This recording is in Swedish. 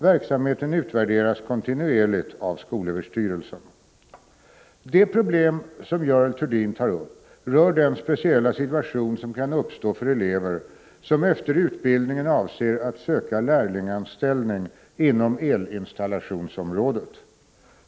Verksamheten utvärderas kontinuerligt av skolöverstyrelsen . Det problem som Görel Thurdin tar upp rör den speciella situation som kan uppstå för elever som efter utbildningen avser att söka lärlingsanställning inom elinstallationsområdet.